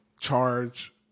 charge